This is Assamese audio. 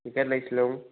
টিকেট লাগিছিলে